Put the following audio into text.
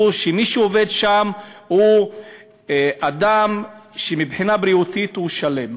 שמי שעובד שם הוא אדם שמבחינה בריאותית הוא שלם.